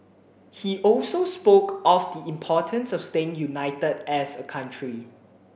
he also spoke of the importance of staying united as a country